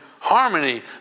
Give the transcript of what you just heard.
Harmony